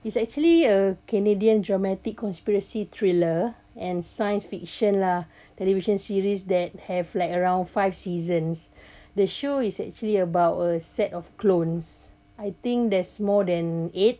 it's actually a canadian dramatic conspiracy thriller and science fiction lah television series that have like around five seasons the show is actually about a set of clones I think there's more than eight